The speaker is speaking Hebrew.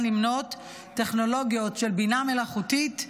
למנות טכנולוגיות של בינה מלאכותית,